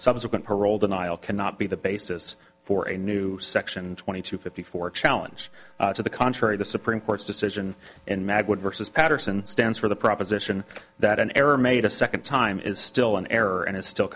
subsequent parole denial cannot be the basis for a new section twenty two fifty four challenge to the contrary the supreme court's decision in mag would versus patterson stands for the proposition that an error made a second time is still an error and is still